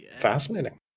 Fascinating